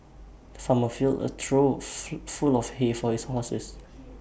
the farmer filled A trough full of hay for his horses